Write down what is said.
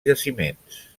jaciments